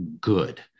good